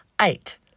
Eight